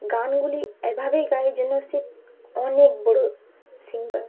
গানগুলি এভাবেই গাই যেন সে অনেক বড়ো সিঙ্গার